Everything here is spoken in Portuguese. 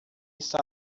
está